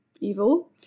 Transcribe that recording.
evil